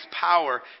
power